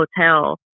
hotel